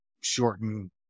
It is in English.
shorten